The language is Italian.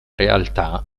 realtà